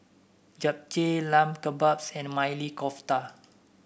Japchae Lamb Kebabs and Maili Kofta